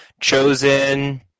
chosen